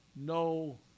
No